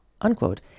unquote